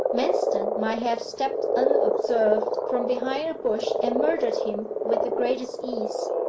manston might have stepped unobserved from behind a bush and murdered him with the greatest ease.